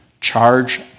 Charge